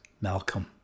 Malcolm